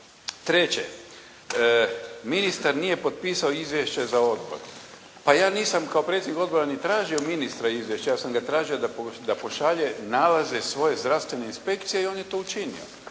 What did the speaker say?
Treće, ministar nije potpisao izvješće za odbor. Pa ja nisam kao predsjednik odbora ni tražio ministra izvješće, ja sam ga tražio da pošalje nalaze svoje zdravstvene inspekcije i on je to učinio.